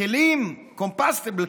בכלים Compostable,